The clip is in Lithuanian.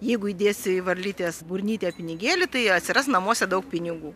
jeigu įdėsi varlytės burnytę pinigėlį tai atsiras namuose daug pinigų